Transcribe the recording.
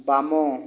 ବାମ